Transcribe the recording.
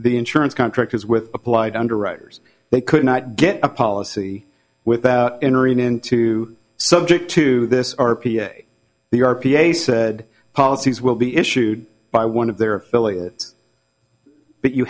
the insurance contractors with applied underwriters they could not get a policy without entering into subject to this r p i the r p a said policies will be issued by one of their affiliates but you